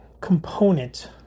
component